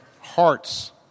hearts